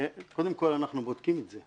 קודם כל, אנחנו בודקים את זה.